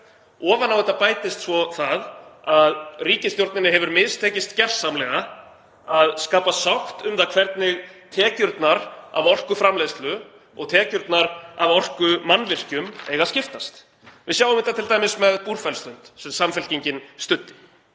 Ofan á þetta bætist svo það að ríkisstjórninni hefur mistekist gersamlega að skapa sátt um það hvernig tekjurnar af orkuframleiðslu og tekjurnar af orkumannvirkjum eigi að skiptast. Við sjáum þetta t.d. með Búrfellslund sem Samfylkingin studdi.